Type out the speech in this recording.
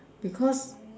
because